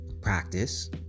practice